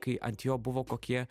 kai ant jo buvo kokie